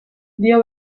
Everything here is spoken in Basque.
dio